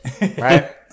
right